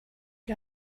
you